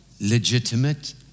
legitimate